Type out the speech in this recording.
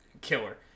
Killer